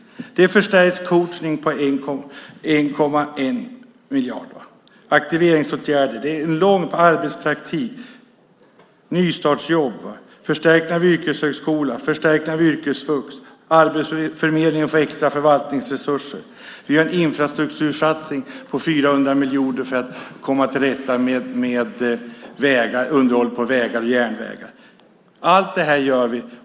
Det innebär förstärkt coachning med 1,1 miljarder, aktiveringsåtgärder, arbetspraktik, nystartsjobb, förstärkning av yrkeshögskola och förstärkning av yrkesvux. Arbetsförmedlingen får extra förvaltningsresurser, och vi gör en infrastruktursatsning på 400 miljoner för att komma till rätta med underhåll på vägar och järnvägar. Allt det här gör vi.